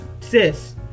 sis